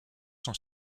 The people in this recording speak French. sont